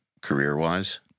career-wise